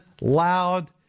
loud